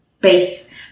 base –